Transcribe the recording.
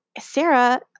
Sarah